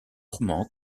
romans